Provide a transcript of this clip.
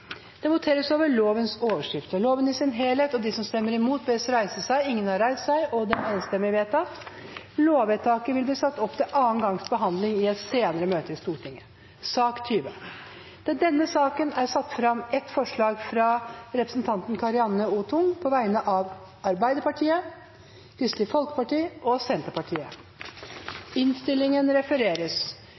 Det voteres over resten av I. Arbeiderpartiet, Kristelig Folkeparti og Senterpartiet har varslet at de vil stemme imot. Det voteres over lovens overskrift og loven i sin helhet. Lovvedtaket vil bli satt opp til andre gangs behandling i et senere møte i Stortinget. Under debatten er det satt fram ett forslag, forslag nr. 1, fra Karianne O. Tung på vegne av Arbeiderpartiet, Kristelig Folkeparti og Senterpartiet.